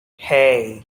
hey